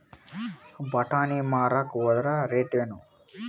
ಬಟಾನಿ ಮಾರಾಕ್ ಹೋದರ ರೇಟೇನು?